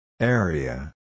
Area